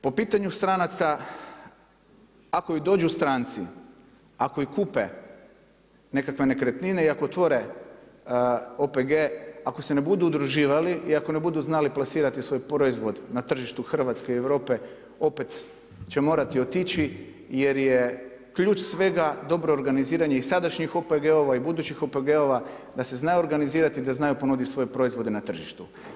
Po pitanju stranaca, ako i dođu stranci, ako i kupe nekakve nekretnine i ako otvore OPG ako se ne budu udruživali i ako ne budu znali plasirati svoj proizvod na tržištu Hrvatske i Europe opet će morati otići jer je ključ svega dobro organiziranje i sadašnjih OPG-ova i budućih OPG-ova da se znaju organizirati i da znaju ponuditi svoje proizvode na tržištu.